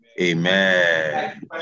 Amen